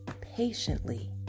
patiently